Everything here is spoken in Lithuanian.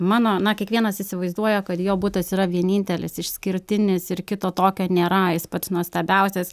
mano na kiekvienas įsivaizduoja kad jo butas yra vienintelis išskirtinis ir kito tokio nėra jis pats nuostabiausias